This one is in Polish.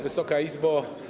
Wysoka Izbo!